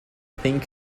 thing